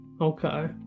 Okay